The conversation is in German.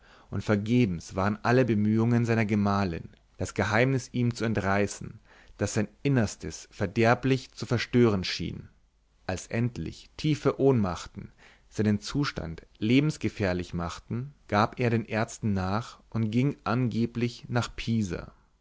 und vergebens waren alle bemühungen seiner gemahlin das geheimnis ihm zu entreißen das sein innerstes verderblich zu verstören schien als endlich tiefe ohnmachten seinen zustand lebensgefährlich machten gab er den ärzten nach und ging angeblich nach pisa